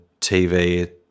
TV